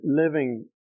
living